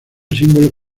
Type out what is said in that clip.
símbolo